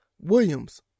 Williams